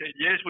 yes